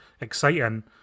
exciting